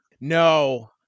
No